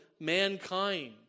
mankind